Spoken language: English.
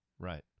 Right